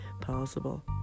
possible